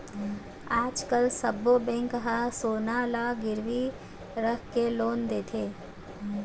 आजकाल सब्बो बेंक ह सोना ल गिरवी राखके लोन देथे